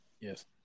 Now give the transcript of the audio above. Yes